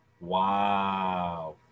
Wow